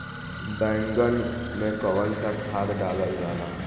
बैंगन में कवन सा खाद डालल जाला?